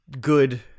good